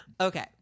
Okay